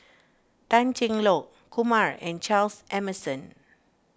Tan Cheng Lock Kumar and Charles Emmerson